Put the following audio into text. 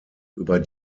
über